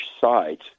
sides